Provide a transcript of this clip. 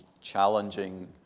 challenging